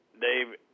Dave